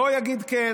לא יגיד כן,